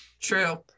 true